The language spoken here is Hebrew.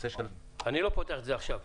אני לא פותח את זה עכשיו.